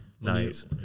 Nice